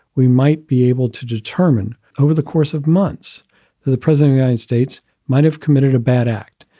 we might be able to determine over the course of months who the president, united states might have committed a bad act,